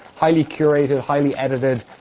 highly curated, highly edited,